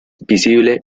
visible